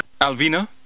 Alvina